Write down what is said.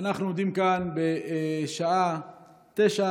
אנחנו עומדים כאן בשעה 21:44,